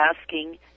asking